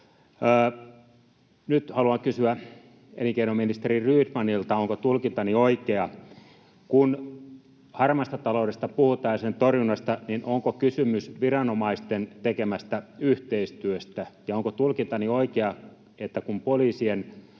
Nyt haluan kysyä elinkeinoministeri Rydmanilta, onko tulkintani oikea: Kun harmaasta taloudesta ja sen torjunnasta puhutaan, niin onko kysymys viranomaisten tekemästä yhteistyöstä? Ja onko tulkintani oikea, että kun poliisin